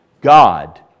God